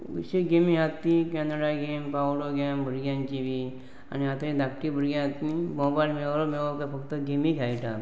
अशी गेमी आसात ती कॅनडा गेम बावलो गेम भुरग्यांची बी आनी आतांय धाकटी भुरग्यां आसात तीं मोबायल मेळ्ळो काय फक्त गेमी खेळटा